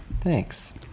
Thanks